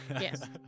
yes